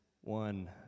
one